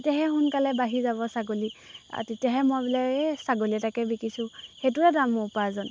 তেতিয়াহে সোনকালে বাঢ়ি যাব ছাগলী আৰু তেতিয়াহে মই বোলে এই ছাগলী এটাকে বিকিছোঁ সেইটোও এটা মোৰ উপাৰ্জন